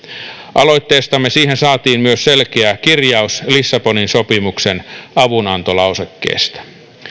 aloitteestamme siihen saatiin myös selkeä kirjaus lissabonin sopimuksen avunantolausekkeesta